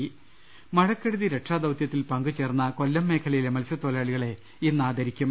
് മഴക്കെടുതി രക്ഷാദൌതൃത്തിൽ പങ്കുചേർന്ന കൊല്ലം മേഖലയിലെ മത്സ്യത്തൊഴിലാളികളെ ഇന്ന് ആദരിക്കും